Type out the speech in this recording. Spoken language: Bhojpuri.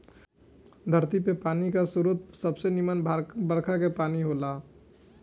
धरती पर पानी के सबसे निमन स्रोत बरखा के पानी होला